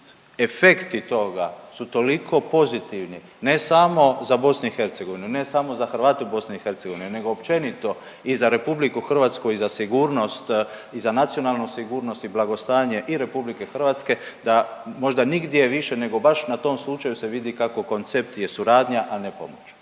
efekti toga su toliko pozitivni, ne samo za BiH, ne samo za Hrvate u BiH nego općenito i za RH i za sigurnost i za nacionalnu sigurnost i blagostanje i RH da možda nigdje više nego baš na tom slučaju se vidi kako koncept je suradnja, a ne pomoć.